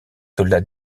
soldats